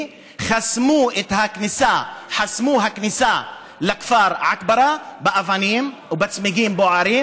חסמו את הכניסה לכפר עכברא באבנים ובצמיגים בוערים,